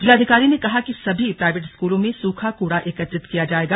जिलाधिकारी ने कहा कि सभी प्राईवेट स्कूलों में सूखा कूड़ा एकत्रित किया जायेगा